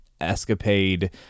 escapade